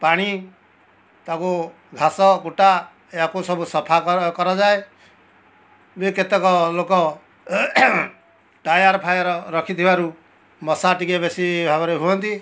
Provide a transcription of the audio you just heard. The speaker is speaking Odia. ପାଣି ତାକୁ ଘାସ କୁଟା ଏହାକୁ ସବୁ ସଫା କରାଯାଏ ଯେ କେତେକ ଲୋକ ଟାୟାର୍ ଫାୟାର୍ ରଖିଥିବାରୁ ମଶା ଟିକିଏ ବେଶୀ ଭାବରେ ହୁଅନ୍ତି